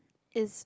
is